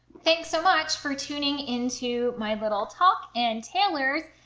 thanks so much for tuning into my little talk and taylor's.